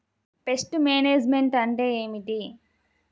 Pest management అంటే ఏమిటి?